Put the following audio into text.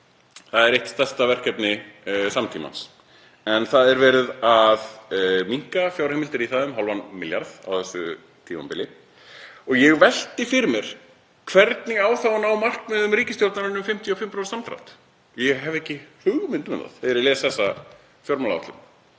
Það er eitt stærsta verkefni samtímans en það er verið að minnka fjárheimildir í það um hálfan milljarð á þessu tímabili. Ég velti fyrir mér: Hvernig á þá að ná markmiðum ríkisstjórnarinnar um 55% samdrátt í losun? Ég hef ekki hugmynd um það þegar ég les þessa fjármálaáætlun.